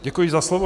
Děkuji za slovo.